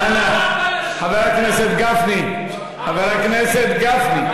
למה, חבר הכנסת גפני, חבר הכנסת גפני.